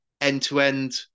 end-to-end